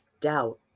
doubt